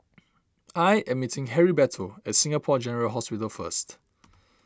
I am meeting Heriberto at Singapore General Hospital first